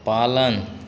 पालन